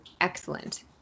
excellent